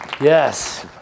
Yes